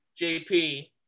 JP